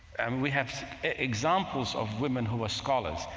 we have examples of women who are scholars,